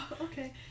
okay